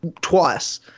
twice